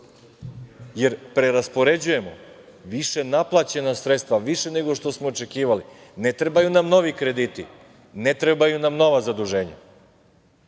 jer preraspoređujemo više naplaćena sredstva, više nego što smo očekivali, ne trebaju nam novi krediti, ne trebaju nam nova zaduženja. To